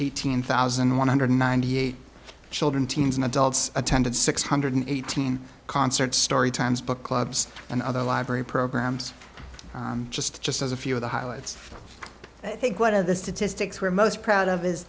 eighteen thousand one hundred ninety eight children teens and adults attended six hundred eighteen concerts story times book clubs and other library programs just just as a few of the highlights i think one of the statistics we're most proud of is